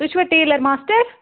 تُہۍ چھُوا tailor master